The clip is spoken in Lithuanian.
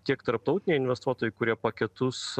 tiek tarptautiniai investuotojai kurie paketus